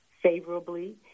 favorably